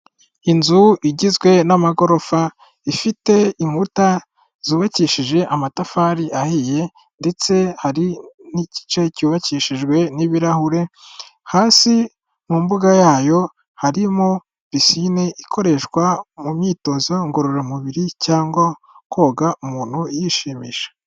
Inzu igizwe n'amagorofa ifite inkuta zubakishije amatafari ahiye ndetse hari n'igice cyubakishijwe n'ibirahure. Hasi mu mbuga yayo harimo picine ikoreshwa mu myitozo ngororamubiri cyangwa koga umuntu yishimisha.